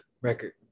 record